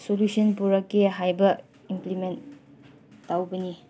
solution ꯄꯨꯔꯛꯀꯦ ꯍꯥꯏꯕ implement ꯇꯧꯒꯅꯤ